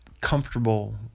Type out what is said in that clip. comfortable